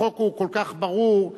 החוק כל כך ברור.